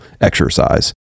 exercise